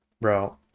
Bro